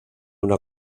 una